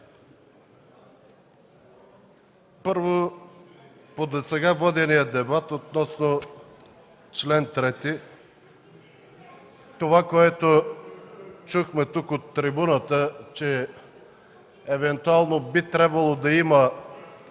първо, по досега водения дебат относно чл. 3. Това, което чухме от трибуната, че евентуално би трябвало да има